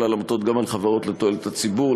על עמותות גם על חברות לתועלת הציבור.